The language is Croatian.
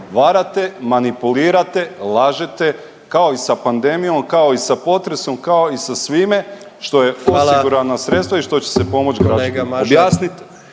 Varate, manipulirate, lažete, kao i sa pandemijom, kao i sa potresom, kao i sa svime što je osigurana sredstva…/Upadica predsjednik: